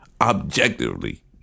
Objectively